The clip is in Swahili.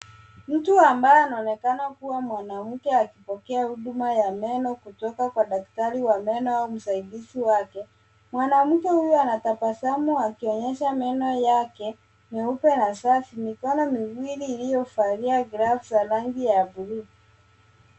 Mtu amabye anaoneka kuwa mwanamke akipokea huduma ya meno kutoka kwa daktari wa meno ama msaidizi wake. Mwanamke huyo anatabasamu akionyesha meno yake meupe na safi. Mikono miwili iliyovalia glavu za rangi ya buluu.